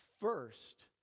first